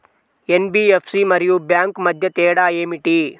NBFC మరియు bank మధ్య తేడా ఏమిటి?